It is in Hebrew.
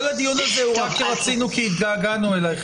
כל הדיון הזה הוא כי התגעגענו אלייך,